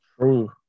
True